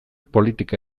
politika